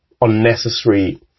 unnecessary